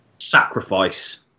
Sacrifice